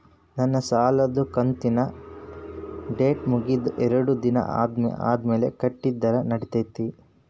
ನನ್ನ ಸಾಲದು ಕಂತಿನ ಡೇಟ್ ಮುಗಿದ ಎರಡು ದಿನ ಆದ್ಮೇಲೆ ಕಟ್ಟಿದರ ನಡಿತೈತಿ?